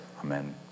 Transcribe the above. Amen